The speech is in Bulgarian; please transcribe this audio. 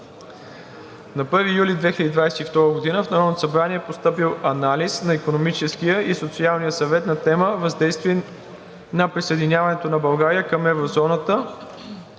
На 1 юли 2022 г. в Народното събрание е постъпил Анализ на Икономическия и социален съвет на тема: „Въздействие на присъединяването на България към еврозоната